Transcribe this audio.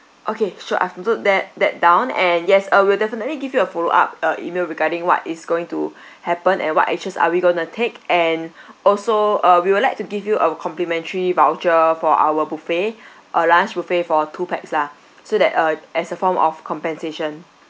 okay sure I've noted that that down and yes I will definitely give you a follow up uh email regarding what is going to happen and what actions are we going to take and also uh we would like to give you a complimentary voucher for our buffet uh lunch buffet for two pax lah so that uh as a form of compensation